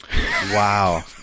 wow